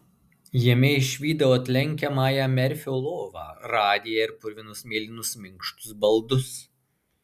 jame išvydau atlenkiamąją merfio lovą radiją ir purvinus mėlynus minkštus baldus